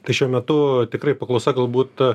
tai šiuo metu tikrai paklausa galbūt